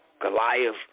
goliath